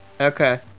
Okay